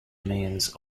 means